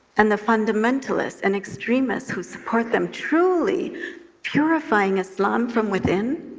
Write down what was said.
and the fundamentalists and extremists who support them, truly purifying islam from within,